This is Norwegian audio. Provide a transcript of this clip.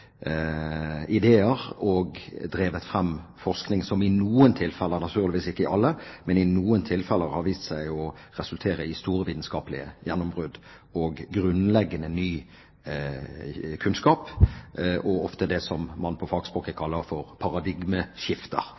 ideer og drevet fram forskning som i noen tilfeller – naturligvis ikke i alle – har vist seg å resultere i store vitenskapelige gjennombrudd og grunnleggende ny kunnskap og ofte det man på fagspråket kaller